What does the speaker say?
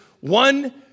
one